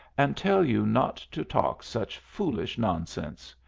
and tell you not to talk such foolish nonsense.